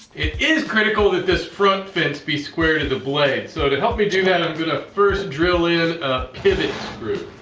it is critical that this front fence be square to the blade so to help me do that i am going to first drill in a pivot screw.